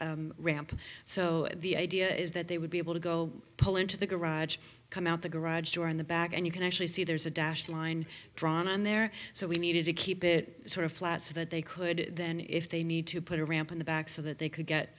handicap ramp so the idea is that they would be able to go pull into the garage come out the garage door in the back and you can actually see there's a dash line drawn on there so we needed to keep it sort of flat so that they could then if they need to put a ramp on the back so that they could get